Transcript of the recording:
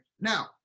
now